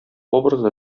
образы